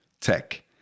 tech